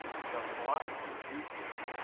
so there's a lot that you can do here